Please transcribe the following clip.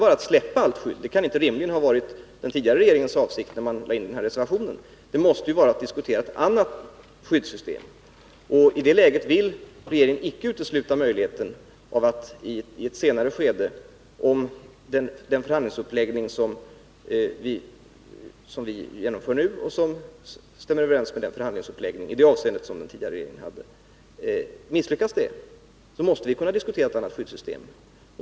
Att släppa allt skydd kan inte rimligen har varit den tidigare regeringens avsikt, när den avgav sin reservation. Avsikten måste ha varit att man ville diskutera ett annat skyddssystem. I det läget vill regeringen icke utesluta möjligheten av att i ett senare skede diskutera ett annat skyddssystem, om den förhandlingsuppläggning misslyckas som vi genomför nu och som i det avseendet stämmer överens med den förhandlingsuppläggning som den tidigare regeringen hade.